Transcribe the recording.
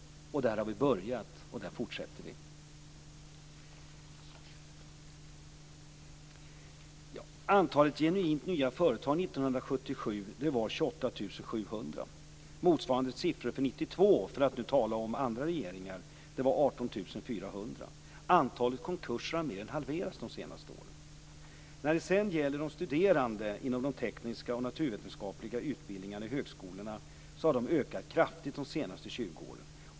Detta arbete har vi påbörjat och det fortsätter vi. Motsvarande siffra för 1992, för att nu tala om andra regeringar, var 18 400. Antalet konkurser har mer än halverats de senaste åren. Antalet studerande inom de tekniska och naturvetenskapliga utbildningarna vid högskolorna har ökat kraftigt de senaste 20 åren.